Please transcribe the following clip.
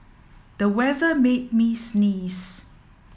the weather made me sneeze